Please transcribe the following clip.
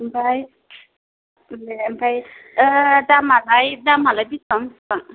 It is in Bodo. ओमफ्राय ए ओमफ्राय दामालाय दामालाय बिसिबां बिसिबां